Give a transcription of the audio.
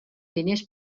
diners